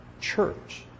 church